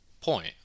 point